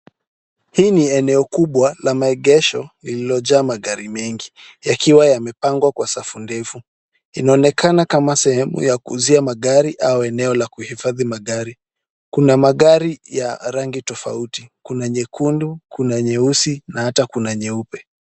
Hii ni eneo kubwa la maegesho lililojaa magari mengi, yakiwa yamepangwa kwa safu ndefu, inaonekana kama sehemu ya kuuzia magari au eneo la kuhifadhi magari. Kuna magari ya rangi tofauti, kuna nyekundu, kuna nyeusi na hata kuna nyeupe.